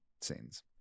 scenes